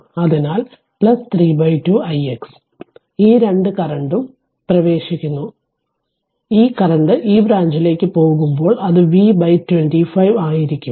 അതിനാൽ 3 2 ix ഈ 2 കറന്റും പ്രവേശിക്കുന്നു ഈ കറന്റ് ഈ ബ്രാഞ്ചിലേക്ക് പോകുമ്പോൾ അത് V25 ആയിരിക്കും